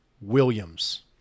Williams